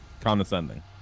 Condescending